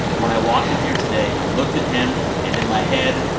when i walked in here today, i looked at him and in my head,